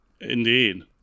Indeed